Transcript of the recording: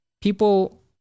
people